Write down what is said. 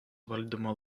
valdymo